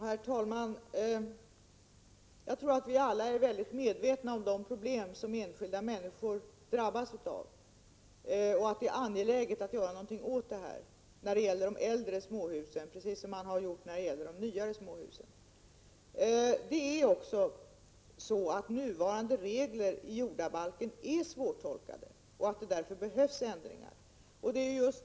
Herr talman! Jag tror att vi alla är medvetna om de problem som enskilda människor drabbas av och finner att det är angeläget att göra något åt dessa problem när det gäller de äldre småhusen, precis som man har gjort när det gäller de nyare småhusen. Nuvarande regler i jordabalken är svårtolkade, och det behövs därför ändringar.